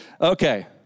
Okay